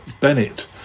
bennett